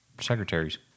secretaries